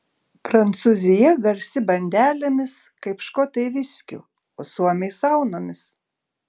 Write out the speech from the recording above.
prancūzija garsi bandelėmis kaip škotai viskiu o suomiai saunomis